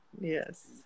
yes